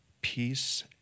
peace